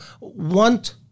want